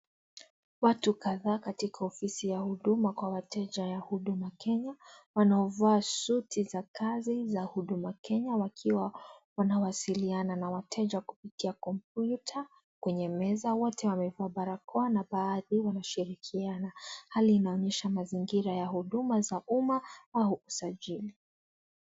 Watu kadhaa katika ofisi ya huduma kwa wateja ya huduma kenya wanaovaa suti za kazi za huduma kenya wakiwa wanawasiliana na wateja kupitia komputa kwenye meza wote wamevaa barakoa na baadhi wanashirikiana mazingira ya huduma za uma au usajili.